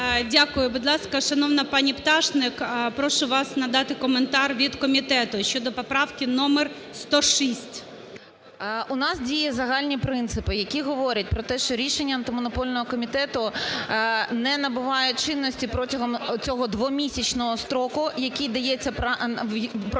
Дякую. Будь ласка, шановна пані Пташник, прошу вас надати коментар від комітету щодо поправки номер 106. 10:18:59 ПТАШНИК В.Ю. У нас діють загальні принципи, які говорять про те, що рішення Антимонопольного комітету не набувають чинності протягом оцього двомісячного строку, який дається… протягом